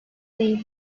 değil